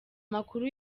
makuru